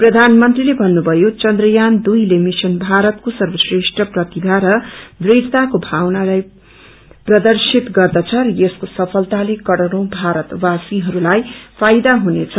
प्रधानमंत्रीले भन्नुभयो चन्द्रयान दुद्रले मिशन भारतको सर्वश्रेष्ठ प्रतिभा र दृढ़ताको भावनालाई प्रदर्शित गर्दछ र यसको सफलताले करौड़ौ भारतवासीहरूलाई ुासयदा हुनेछ